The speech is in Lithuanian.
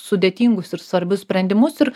sudėtingus ir svarbius sprendimus ir